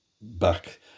back